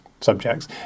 subjects